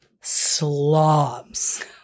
slobs